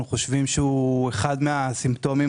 אנחנו חושבים שהוא אחד הסימפטומים